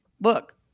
look